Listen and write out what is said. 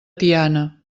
tiana